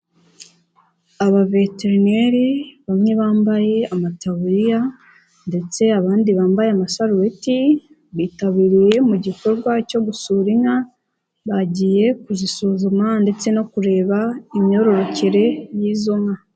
Abaveterineri bamwe bambaye amataburiya ndetse abandi bambaye amasarureti, bitabiriye mu gikorwa cyo gusura inka, bagiye kuzisuzuma ndetse no kureba imyororokere y'izo nka.